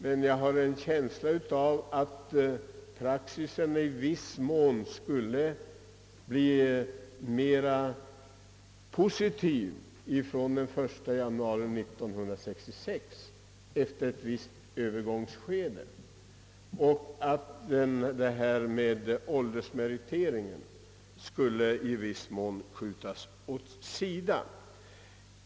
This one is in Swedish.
Men jag har en känsla av att praxis efter ett övergångsskede i viss mån skulle bli mera positiv i den nya situationen efter den 1 januari 1966 och att hänsyn till åldersmeriteringen därvid i större utsträckning skulle kunna skjutas åt sidan.